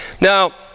Now